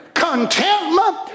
contentment